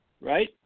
Right